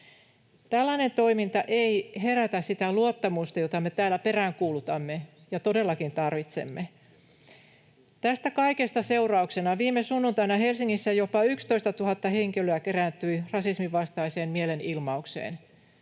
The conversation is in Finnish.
Tällainen toiminta ei herätä sitä luottamusta, jota me täällä peräänkuulutamme ja todellakin tarvitsemme. Tästä kaikesta seurauksena viime sunnuntaina Helsingissä jopa 11 000 henkilöä kerääntyi rasismin vastaiseen mielenilmaukseen